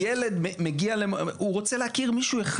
הילד מגיע, הוא רוצה להכיר מישהו אחד.